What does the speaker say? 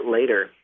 later